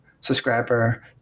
subscriber